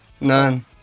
None